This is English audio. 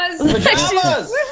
Pajamas